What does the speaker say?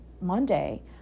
Monday